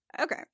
Okay